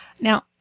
Now